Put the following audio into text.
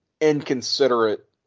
inconsiderate